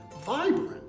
vibrant